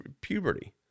puberty